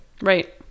right